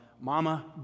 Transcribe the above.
mama